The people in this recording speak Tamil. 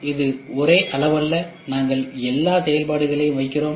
இது ஒரே அளவு அல்ல நாங்கள் எல்லா செயல்பாடுகளையும் வைக்கிறோம்